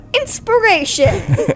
inspiration